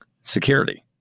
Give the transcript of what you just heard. security